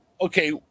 okay